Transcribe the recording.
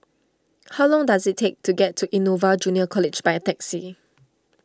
how long does it take to get to Innova Junior College by a taxi